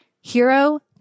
Hero